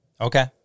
okay